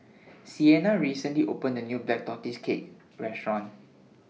Siena recently opened A New Black Tortoise Cake Restaurant